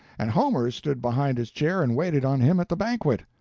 and homer stood behind his chair and waited on him at the banquet.